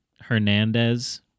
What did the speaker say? Hernandez